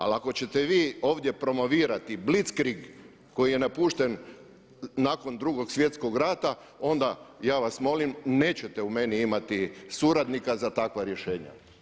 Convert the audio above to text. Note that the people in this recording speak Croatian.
Ali ako ćete vi ovdje promovirati Blitzkrieg koji je napušten nakon 2. svjetskog rata onda ja vas molim nećete u meni imati suradnika za takva rješenja.